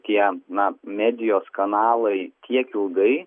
tie na medijos kanalai tiek ilgai